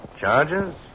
charges